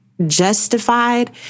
justified